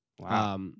Wow